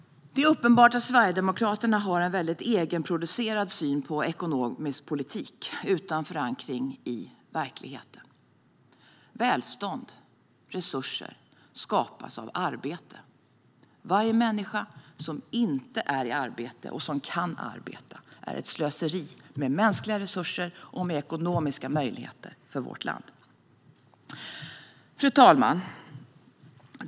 Det är uppenbart att Sverigedemokraterna har en egenproducerad syn på ekonomisk politik utan förankring i verkligheten. Välstånd och resurser skapas av arbete. Varje människa som inte är i arbete men som kan arbeta är ett slöseri med mänskliga resurser och med ekonomiska möjligheter för vårt land. Fru talman!